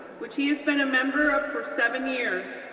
which he has been a member of for seven years.